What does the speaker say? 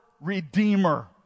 Redeemer